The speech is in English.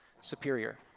superior